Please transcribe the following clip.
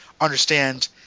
understand